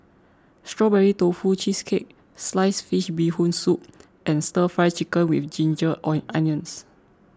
Strawberry Tofu Cheesecake Sliced Fish Bee Goon Soup and Stir Fry Chicken with Ginger Onions